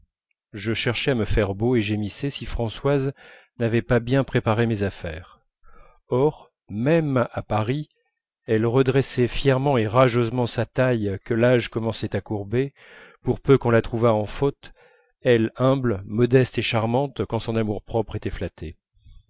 je cherchais à me faire beau et gémissais si françoise n'avait pas bien préparé mes affaires or même à paris elle redressait fièrement et rageusement sa taille que l'âge commençait à courber pour peu qu'on la trouvât en faute elle humble elle modeste et charmante quand son amour-propre était flatté